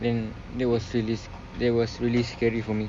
then that was really that was really scary for me